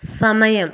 സമയം